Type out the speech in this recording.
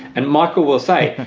and michael will say,